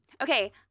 Okay